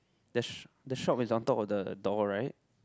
the sh~ the shop is on top of the door right